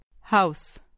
House